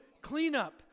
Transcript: cleanup